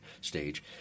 stage